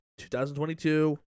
2022